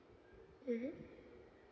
mmhmm